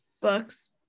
books